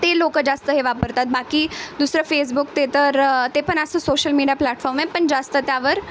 ते लोकं जास्त हे वापरतात बाकी दुसरं फेसबुक ते तर ते पण असं सोशल मीडिया प्लॅटफॉर्म आहे पण जास्त त्यावर